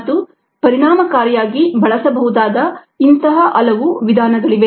ಮತ್ತು ಪರಿಣಾಮಕಾರಿಯಾಗಿ ಬಳಸಬಹುದಾದ ಇಂತಹ ಹಲವು ವಿಧಾನಗಳಿವೆ